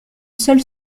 seul